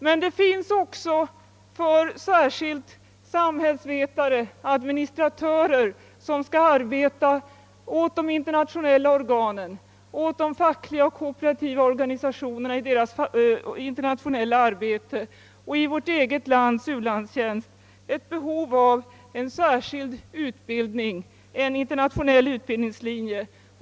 rer, som skall arbeta för de internationella organen, för de fackliga och kooperativa organisationerna i deras internationella arbete och i vårt eget lands u-landstjänst, finns det också behov av en speciell utbildning på en internationell utbildningslinje.